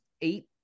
Eight